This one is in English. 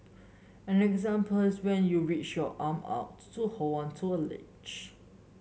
an example is when you reach your arm out to hold onto a ledge